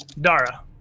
Dara